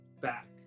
back